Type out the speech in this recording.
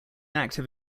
active